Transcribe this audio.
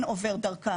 כן עובר דרכה,